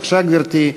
בבקשה, גברתי.